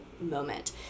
moment